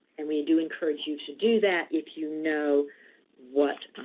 and we do encourage you to do that if you know what